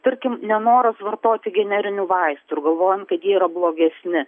tarkim nenoras vartoti generinių vaistų ir galvojant kad jie yra blogesni